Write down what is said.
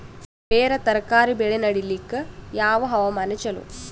ಬೇರ ತರಕಾರಿ ಬೆಳೆ ನಡಿಲಿಕ ಯಾವ ಹವಾಮಾನ ಚಲೋ?